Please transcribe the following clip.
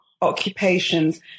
occupations